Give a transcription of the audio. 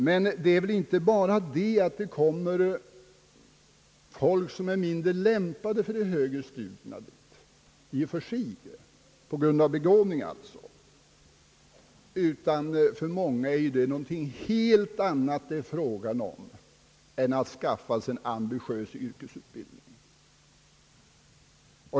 Men det är inte bara så att det till universiteten kommer många som är mindre lämpade för högre studier, utan för många ungdomar är det fråga om någonting helt annat än att skaffa sig en ambitiös yrkesutbildning.